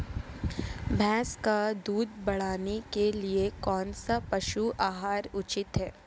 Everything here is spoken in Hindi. भैंस का दूध बढ़ाने के लिए कौनसा पशु आहार उचित है?